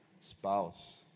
spouse